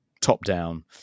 top-down